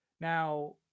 Now